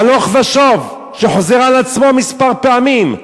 הלוך ושוב, שחוזרת על עצמה כמה פעמים.